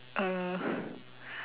uh